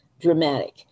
dramatic